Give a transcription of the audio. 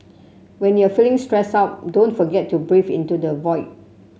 when you are feeling stressed out don't forget to breathe into the void